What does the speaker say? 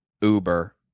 Uber